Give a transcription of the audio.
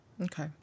Okay